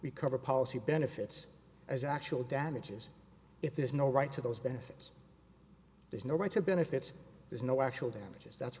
recover policy benefits as actual damages if there's no right to those benefits there's no right to benefits there's no actual damages that's